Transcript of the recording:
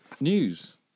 News